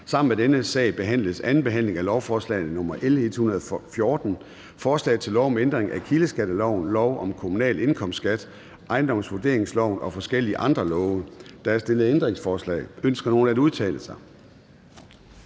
Sammen med dette punkt foretages: 26) 2. behandling af lovforslag nr. L 114: Forslag til lov om ændring af kildeskatteloven, lov om kommunal indkomstskat, ejendomsvurderingsloven og forskellige andre love. (Opkrævning og inddrivelse af grundskyld og